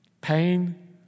pain